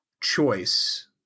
choice